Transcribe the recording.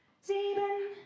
seven